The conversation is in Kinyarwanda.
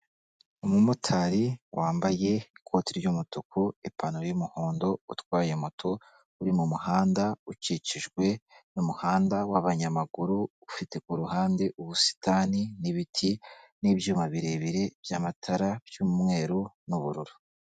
Umumotari wambaye ikoti ry'umutuku, ipantaro y'umuhondo, utwaye moto, uri mu muhanda ukikijwe n'umuhanda w'abanyamaguru ufite ku ruhande ubusitani n'ibiti n'ibyuma birebire by'amatara by'umweru n'ubururu.